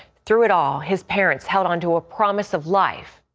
through it all, his parents held on to a promise of life,